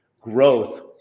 growth